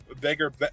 bigger